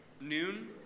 noon